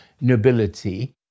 nobility